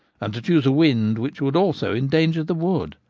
and to chose a wind which would also endanger the wood.